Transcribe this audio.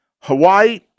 Hawaii